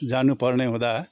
जानुपर्ने हुँदा